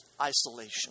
isolation